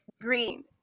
green